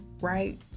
right